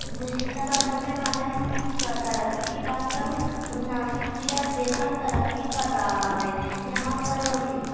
گزشتہ برسوں میں ہم اگر اس کی ترقی کی بات کروں تو ناسک ضلع بے حد ترقی کر رہا ہے یہاں پر